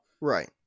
Right